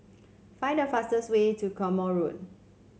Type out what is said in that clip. find the fastest way to Quemoy Road